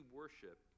worship